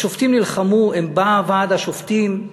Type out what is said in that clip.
השופטים נלחמו, באו ועד השופטים,